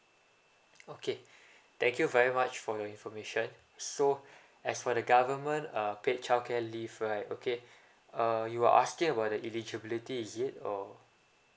okay thank you very much for your information so as for the government uh paid childcare leave right okay uh you are asking about the eligibility is it or